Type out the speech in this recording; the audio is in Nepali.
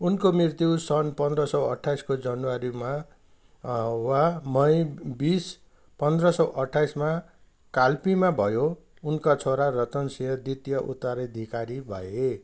उनको मृत्यु सन् पन्ध्र सय अट्ठाइसको जनवरीमा वा मई बिस पन्द्र सय अट्ठाइसमा काल्पीमा भयो उनका छोरा रतन सिंह द्वितीय उत्तराधिकारी भए